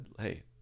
Hey